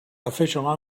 official